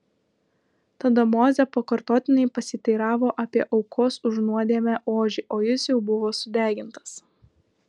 tada mozė pakartotinai pasiteiravo apie aukos už nuodėmę ožį o jis jau buvo sudegintas